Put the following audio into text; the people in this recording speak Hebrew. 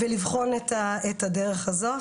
ולבחון את הדרך הזאת.